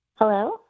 Hello